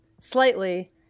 Slightly